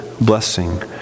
blessing